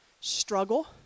struggle